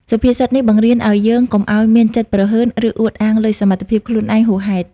សុភាសិតនេះបង្រៀនឱ្យយើងកុំឱ្យមានចិត្តព្រហើន ឬអួតអាងលើសមត្ថភាពខ្លួនឯងហួសហេតុ។